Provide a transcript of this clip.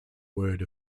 word